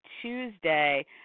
Tuesday